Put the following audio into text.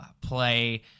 play